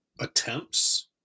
attempts